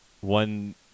one